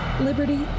liberty